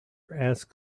ask